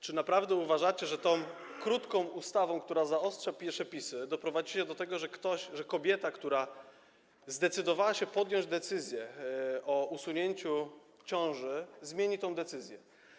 Czy naprawdę uważacie, że tą krótką ustawą, która zaostrza przepisy, doprowadzicie do tego, że ktoś, że kobieta, która zdecydowała się podjąć decyzję o usunięciu ciąży, zmieni tę decyzję?